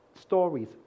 stories